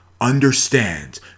understand